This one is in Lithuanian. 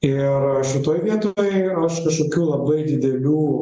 ir šitoj vietoj aš kažkokių labai didelių